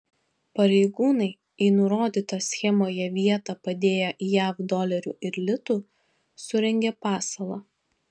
pareigūnai į nurodytą schemoje vietą padėję jav dolerių ir litų surengė pasalą